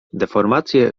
deformacje